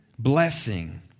blessing